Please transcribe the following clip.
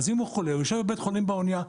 אם הוא חולה, הוא יישב בבית חולים באנייה בבידוד,